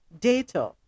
data